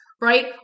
right